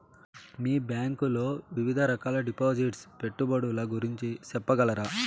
మీ bank లో వివిధ రకాల డిపాసిట్స్, పెట్టుబడుల గురించి సెప్పగలరా?